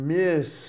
miss